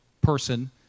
person